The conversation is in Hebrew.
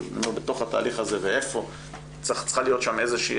אבל בתוך התהליך הזה צריכה להיות שם איזושהי